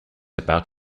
about